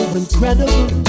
incredible